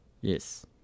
Yes